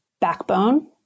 backbone